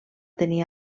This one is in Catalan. tenir